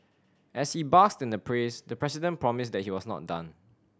as he basked in the praise the president promised that he was not done